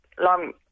long